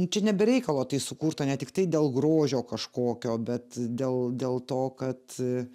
čia ne be reikalo tai sukurta ne tiktai dėl grožio kažkokio bet dėl dėl to kad